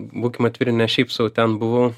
būkim atviri ne šiaip sau ten buvau